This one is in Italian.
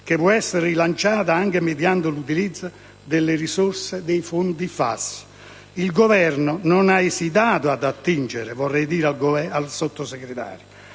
che può essere rilanciata anche mediante l'utilizzo delle risorse dei fondi FAS. Il Governo non ha esitato ad attingere - vorrei dire al Sottosegretario